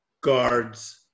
guards